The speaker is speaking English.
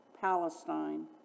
Palestine